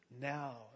Now